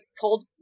cold